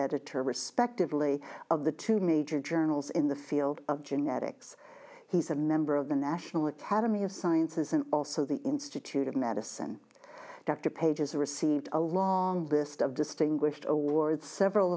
editor respectively of the two major journals in the field of genetics he's a member of the national academy of sciences and also the institute of medicine dr pages received a long list of distinguished awards several